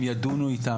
הם ידונו איתם.